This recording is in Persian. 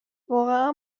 واقعا